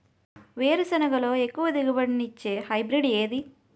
వేరుసెనగ లో ఎక్కువ దిగుబడి నీ ఇచ్చే హైబ్రిడ్ ఏది?